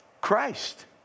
Christ